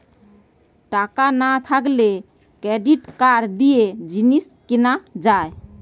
টাকা না থাকলে ক্রেডিট কার্ড দিয়ে জিনিস কিনা যায়